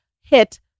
hit